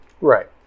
Right